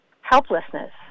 helplessness